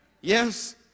Yes